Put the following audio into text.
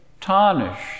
tarnished